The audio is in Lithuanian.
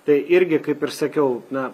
tai irgi kaip ir sakiau na